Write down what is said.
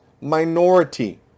minority